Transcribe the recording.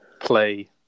play